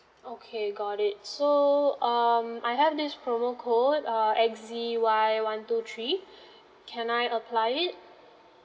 okay got it so um I have this promo code uh X Z Y one to three can I apply it